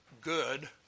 good